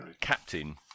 captain